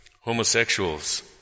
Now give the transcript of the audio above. homosexuals